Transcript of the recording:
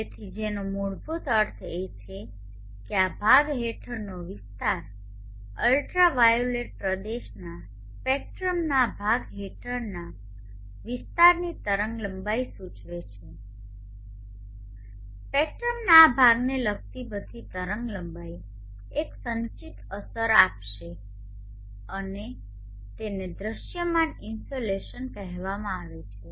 તેથી જેનો મૂળભૂત અર્થ એ છે કે આ ભાગ હેઠળનો વિસ્તાર અલ્ટ્રાવાયોલેટ પ્રદેશના સ્પેકટ્રમના આ ભાગ હેઠળના વિસ્તારની તરંગલંબાઈને સૂચવે છે સ્પેક્ટ્રમના આ ભાગને લગતી બધી તરંગલંબાઇ એક સંચિત અસર આપશે અને તેને દૃશ્યમાન ઇન્સોલેશન કહેવામાં આવે છે